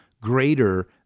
greater